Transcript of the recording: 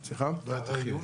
באיוש?